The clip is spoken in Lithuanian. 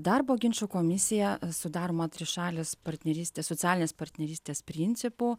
darbo ginčų komisija sudaroma trišalės partnerystės socialinės partnerystės principu